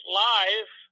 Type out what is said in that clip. live